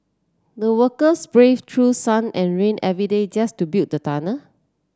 the workers brave through sun and rain every day just to build the